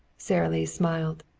sara lee smiled.